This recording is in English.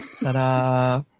Ta-da